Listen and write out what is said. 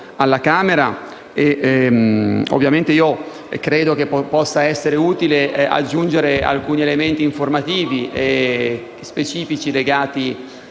alla Camera dei deputati. Credo tuttavia che possa essere utile aggiungere alcuni elementi informativi specifici legati